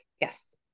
Yes